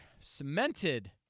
cemented